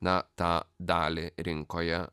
na tą dalį rinkoje